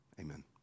amen